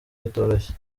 bitoroshye